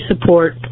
support